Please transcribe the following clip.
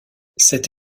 cette